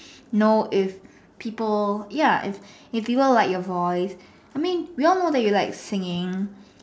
know if people ya if if people like your voice I mean we all know that you like singing